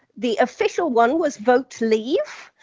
the official one was vote leave,